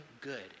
good